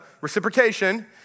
reciprocation